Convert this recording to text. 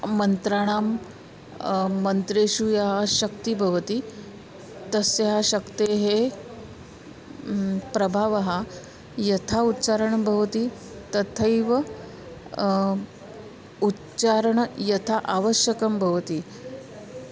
मन्त्राणां मन्त्रेषु या शक्तिः भवति तस्याः शक्तेः प्रभावः यथा उच्चारणं भवति तथैव उच्चारणं यथा आवश्यकं भवति